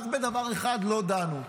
רק בדבר אחד לא דנו,